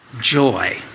joy